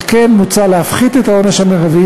על כן מוצע להפחית את העונש המרבי,